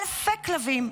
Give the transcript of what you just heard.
אלפי כלבים.